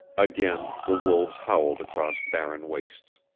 again the wolves howled across barren wastes.